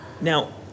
now